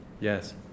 Yes